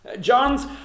John's